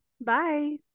Bye